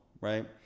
right